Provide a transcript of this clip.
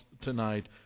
tonight